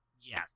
Yes